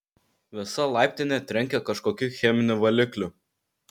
visa laiptinė trenkė kažkokiu cheminiu valikliu